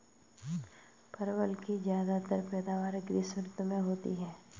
परवल की ज्यादातर पैदावार ग्रीष्म ऋतु में होती है